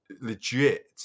legit